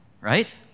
right